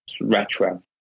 retro